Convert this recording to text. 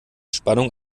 spannung